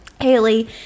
Haley